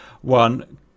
one